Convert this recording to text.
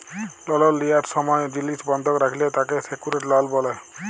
লল লিয়ার সময় জিলিস বন্ধক রাখলে তাকে সেক্যুরেড লল ব্যলে